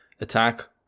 attack